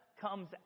comes